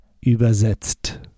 übersetzt